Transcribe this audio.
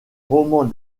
romans